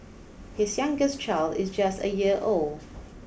his youngest child is just a year old